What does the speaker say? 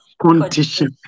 condition